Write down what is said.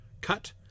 cut